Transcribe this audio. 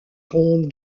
ronde